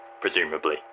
presumably